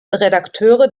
redakteure